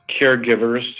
caregivers